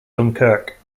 dunkirk